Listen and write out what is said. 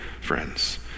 friends